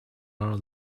our